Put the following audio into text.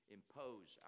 impose